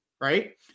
right